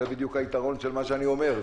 זה בדיוק היתרון של מה שאני אומר.